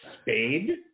Spade